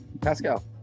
Pascal